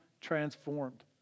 transformed